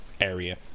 area